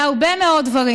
בהרבה מאוד דברים.